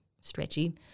stretchy